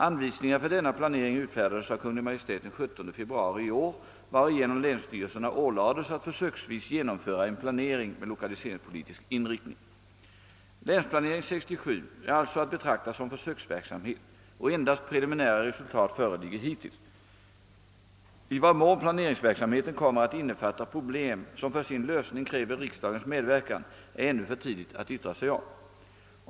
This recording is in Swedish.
Anvisningar för denna planering utfärdades av Kungl. Maj:t den 17 februari i år, varigenom länsstyrelserna ålades att försöksvis genomföra en planering med lokaliseringspolitisk inriktning. »Länsplanering 67» är alltså att hetrakta som försöksverksamhet och endast preliminära resultat föreligger hittills. I vad mån planeringsverksamheten kommer att innefatta problem som för sin lösning kräver riksdagens medverkan är ännu för tidigt att yttra sig om.